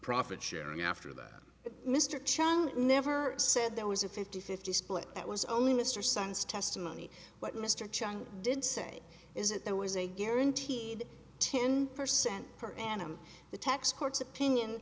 profit sharing after that mr chung never said there was a fifty fifty split that was only mr sun's testimony what mr chung did say is that there was a guaranteed ten percent per annum the tax court's opinion